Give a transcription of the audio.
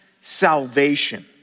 salvation